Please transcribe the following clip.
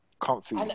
Comfy